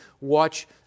watch